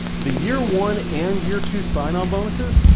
the year one and year two sign on bonuses.